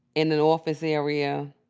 in an office area,